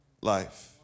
life